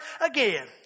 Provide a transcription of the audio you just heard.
again